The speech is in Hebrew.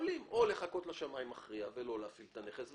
הם יכולים לחכות לשמאי מכריע ולא להפעיל את הנכס,